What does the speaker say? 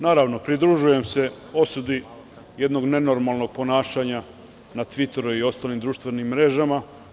Naravno, pridružujem se osudi jednog nenormalnog ponašanja na Tviteru i ostalim društvenim mrežama.